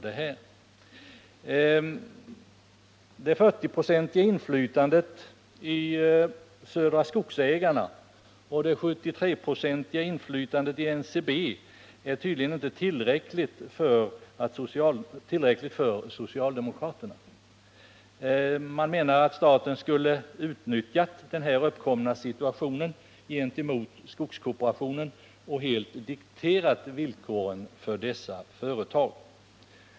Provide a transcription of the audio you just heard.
Det 40-procentiga inflytandet i Södra Skogsägarna och det 73-procentiga i NCB är tydligen inte tillräckligt för socialdemokraterna. Man menar att staten skulle ha utnyttjat den uppkomna situationen när det gäller skogskooperationen och helt dikterat villkoren för dessa företag.